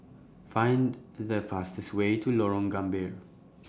Find The fastest Way to Lorong Gambir